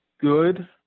good